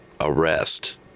Arrest